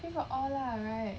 free for all lah right